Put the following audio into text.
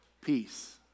peace